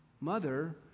Mother